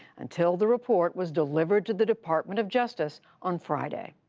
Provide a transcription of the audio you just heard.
until the report was delivered to the department of justice on friday.